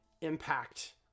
impact